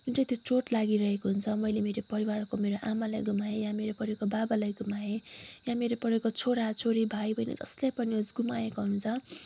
जुन चाहिँ त्यो चोट लागिरहेको हुन्छ मैले मेरो परिवारको मेरो आमालाई गुमाएँ या मेरो परिवारको बाबालाई गुमाएँ या मेरो परिवारको छोरा छोरी भाइ बहिनी जसलाई पनि गुमाएको हुन्छ